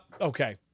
okay